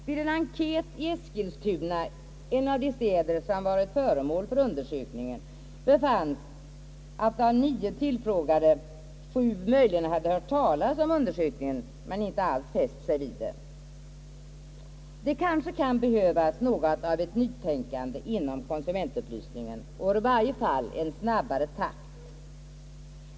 Vid en enkät i Eskilstuna, en av de städer som var föremål för undersökningen, befanns av nio tillfrågade sju möjligen ha hört talas om undersökningen, men inte alls fäst sig vid den. Det kanske kan behövas något av ett nytänkande inom <konsumentupplysningen och i varje fall en snabbare takt.